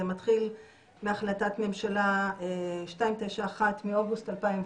זה מתחיל בהחלטת ממשלה 291 מאוגוסט 2020,